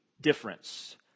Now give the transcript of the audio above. difference